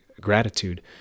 gratitude